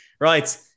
right